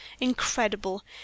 incredible